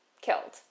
killed